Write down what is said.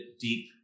deep